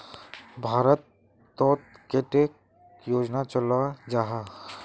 भारत तोत कैडा योजना चलो जाहा?